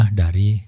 dari